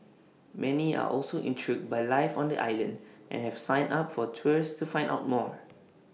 many are also intrigued by life on the island and have signed up for tours to find out more